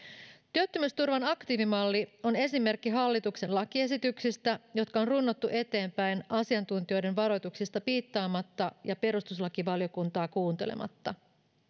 työttömyysturvan aktiivimalli on esimerkki hallituksen lakiesityksistä jotka on runnottu eteenpäin asiantuntijoiden varoituksista piittaamatta ja perustuslakivaliokuntaa kuuntelematta